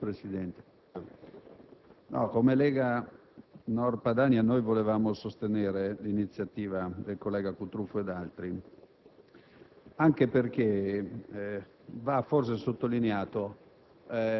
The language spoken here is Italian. Signor Presidente, come Lega Nord Padania desideriamo sostenere l'iniziativa del collega Cutrufo e di altri